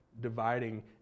dividing